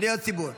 פניות ציבור.